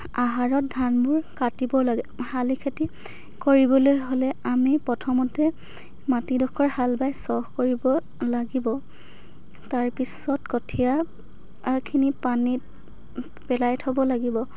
আহাৰত ধানবোৰ কাটিব লাগে শালি খেতি কৰিবলৈ হ'লে আমি প্ৰথমতে মাটিডোখৰ হাল বাই চহ কৰিব লাগিব তাৰপিছত কঠিয়া খিনি পানীত পেলাই থ'ব লাগিব